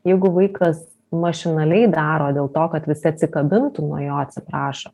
jeigu vaikas mašinaliai daro dėl to kad visi atsikabintų nuo jo atsiprašo